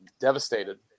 devastated